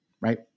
right